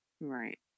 right